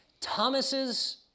Thomas's